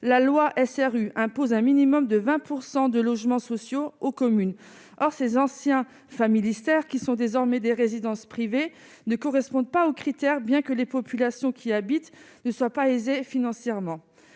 la loi SRU impose un minimum de 20 % de logements sociaux aux communes, or ces anciens familistère qui sont désormais des résidences privées ne correspondent pas aux critères, bien que les populations qui habitent ne soient pas financièrement